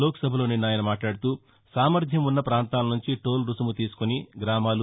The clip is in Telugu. లోక్సభలో నిన్న ఆయన మాట్లాడుతూసామర్యం ఉన్న పాంతాల నుంచి టోల్ రుసుము తీసుకుని గ్రామాలు